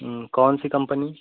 कौनसी कम्पनी